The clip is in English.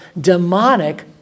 demonic